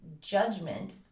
judgment